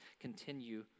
continue